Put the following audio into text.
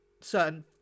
certain